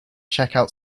checkout